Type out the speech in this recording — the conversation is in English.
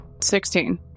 Sixteen